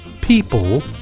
people